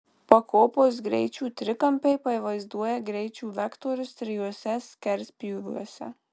pakopos greičių trikampiai pavaizduoja greičių vektorius trijuose skerspjūviuose